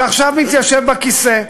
שעכשיו מתיישב בכיסא.